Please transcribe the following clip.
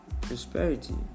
prosperity